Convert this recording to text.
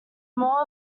more